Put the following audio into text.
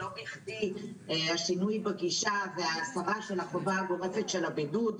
לא בכדי השינוי בגישה וההסרה של החובה הגורפת של הבידוד,